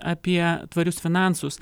apie tvarius finansus